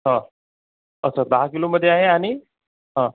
हं असं दहा किलोमध्ये आहे आणि हां